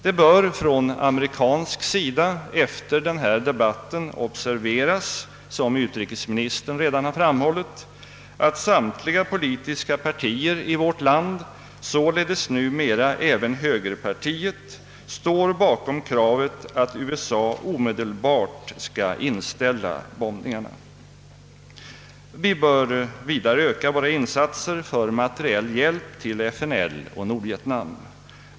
Det bör efter denna debatt observeras av amerikanerna, vilket utrikesministern redan har framhållit, att samtliga politiska partier i vårt land, således numera även högerpartiet, står bakom kravet att Förenta staterna omedelbart inställer bombningarna. Vi bör vidare öka våra insatser för materiell hjälp till FNL och Nordvietnam.